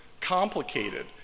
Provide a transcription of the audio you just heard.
complicated